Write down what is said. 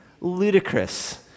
ludicrous